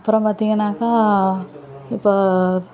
அப்புறம் பார்த்திங்கனாக்கா இப்போது